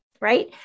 Right